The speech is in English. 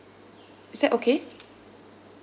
is that okay